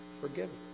forgiven